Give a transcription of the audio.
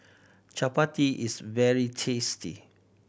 chapati is very tasty